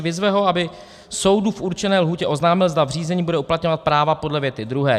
Vyzve ho, aby soudu v určené lhůtě oznámil, zda v řízení bude uplatňovat práva podle věty druhé.